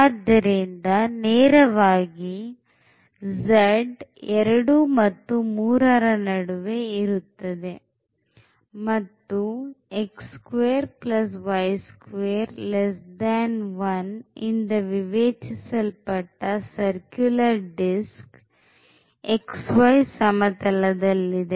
ಆದ್ದರಿಂದ ನೇರವಾಗಿ z 2 ಮತ್ತು 3 ನಡುವೆ ಇರುತ್ತದೆ ಮತ್ತು ಇಂದ ವಿವೇಚಿಸಲ್ಪಟ್ಟ circular disc xy ಸಮತಲದಲ್ಲಿ ಇದೆ